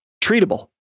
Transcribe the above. Treatable